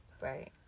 Right